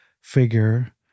figure